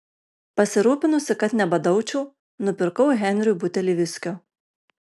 pasirūpinusi kad nebadaučiau nupirkau henriui butelį viskio